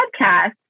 podcast